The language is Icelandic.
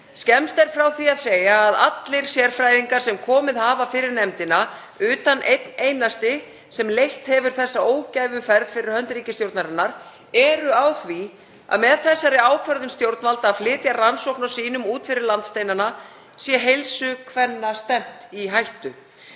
Skemmst er frá því að segja að allir sérfræðingar sem komið hafa fyrir nefndina, utan einn einasti sem leitt hefur þessa ógæfuferð fyrir hönd ríkisstjórnarinnar, eru á því að með þeirri ákvörðun stjórnvalda að flytja rannsókn á sýnum út fyrir landsteinana sé heilsu kvenna stefnt í hættu.